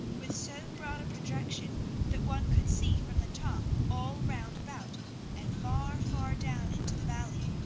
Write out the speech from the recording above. with so broad a projection that one could see from the top all round about and far, far down into the valley.